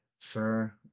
Sir